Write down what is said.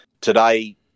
Today